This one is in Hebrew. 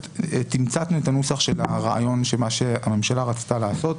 תמצתנו את הנוסח של הרעיון של מה שהממשלה רצתה לעשות,